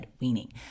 weaning